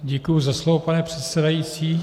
Děkuji za slovo, pane předsedající.